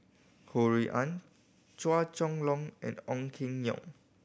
Ho Rui An Chua Chong Long and Ong Keng Yong